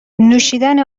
نوشیدن